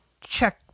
check